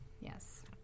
Yes